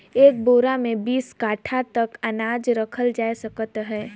एक बोरा मे बीस काठा तक अनाज रखल जाए सकत अहे